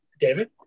David